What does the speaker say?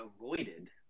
avoided